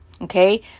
okay